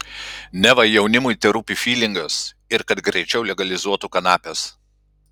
neva jaunimui terūpi fylingas ir kad greičiau legalizuotų kanapes